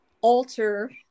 alter